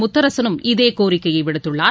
முத்தரசலும் இதே கோரிக்கையை விடுத்துள்ளார்